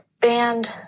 band